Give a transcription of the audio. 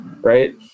right